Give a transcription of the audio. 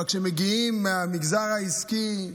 אבל כשמגיעים מהמגזר העסקי,